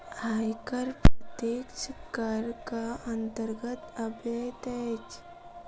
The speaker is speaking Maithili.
आयकर प्रत्यक्ष करक अन्तर्गत अबैत अछि